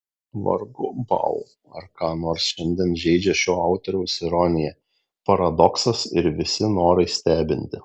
vargu bau ar ką nors šiandien žeidžia šio autoriaus ironija paradoksas ir visi norai stebinti